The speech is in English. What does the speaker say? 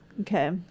Okay